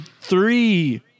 three